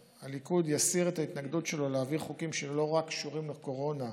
שהליכוד יסיר את ההתנגדות שלו להביא חוקים שלא קשורים רק לקורונה,